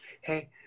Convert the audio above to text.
Hey